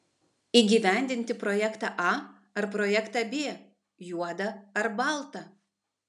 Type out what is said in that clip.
įgyvendinti projektą a ar projektą b juoda ar balta